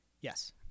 Yes